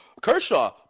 Kershaw